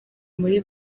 muri